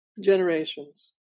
generations